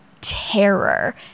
terror